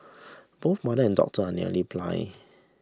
both mother and daughter are nearly blind